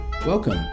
Welcome